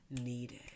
needed